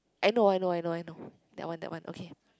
I know I know I know I know that one that one okay